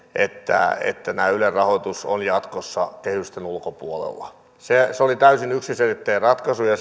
että ylen rahoitus on jatkossa kehysten ulkopuolella se se oli täysin yksiselitteinen ratkaisu ja